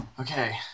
Okay